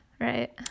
right